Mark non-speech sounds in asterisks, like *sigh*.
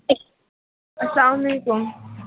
*unintelligible* اَسلام علیکُم